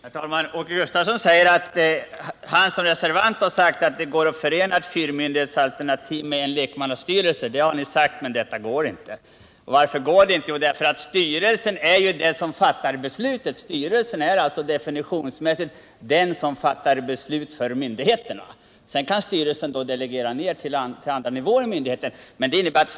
Herr talman! Åke Gustavsson säger att han som reservant har sagt att det går att förena ett fyrmyndighetsalternativ med en enda lekmannastyrelse. Ja, det har ni sagt, men det är i sak fel. Varför går det inte? Jo, därför att styrelsen definitionsmässigt är den som fattar beslut för myndigheten.